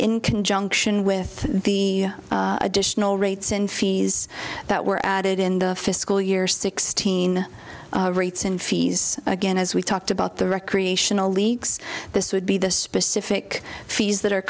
in conjunction with the additional rates and fees that were added in the fiscal year sixteen rates and fees again as we talked about the recreational leagues this would be the specific fees that are